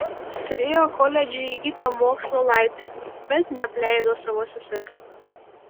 turėjo koledže įgytą mokslo laipsnį bet neapleido savo sesers